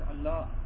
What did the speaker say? Allah